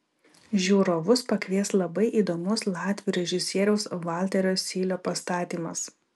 žiūrovus pakvies labai įdomus latvių režisieriaus valterio sylio pastatymas